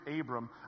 Abram